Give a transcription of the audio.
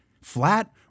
Flat